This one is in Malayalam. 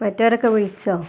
മറ്റവരൊക്കെ വിളിച്ചോ